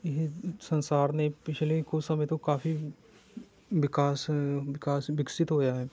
ਇਹ ਸੰਸਾਰ ਨੇ ਪਿਛਲੇ ਕੁਛ ਸਮੇਂ ਤੋਂ ਕਾਫੀ ਵਿਕਾਸ ਵਿਕਾਸ ਵਿਕਸਤ ਹੋਇਆ ਹੈ